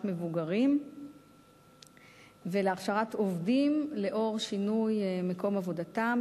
מבוגרים ולהכשרת עובדים אחרי שינוי מקום עבודתם,